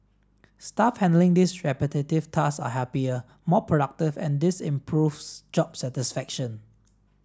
staff handling this repetitive tasks are happier more productive and this improves job satisfaction